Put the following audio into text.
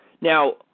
Now